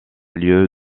lieu